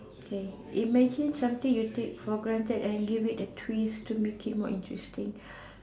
okay imagine something you take for granted and give it a twist to make it more interesting